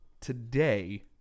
Today